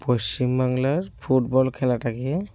পশ্চিমবাংলার ফুটবল খেলাটা নিয়ে